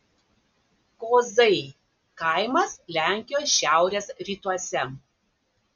kozai kaimas lenkijos šiaurės rytuose